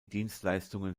dienstleistungen